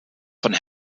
von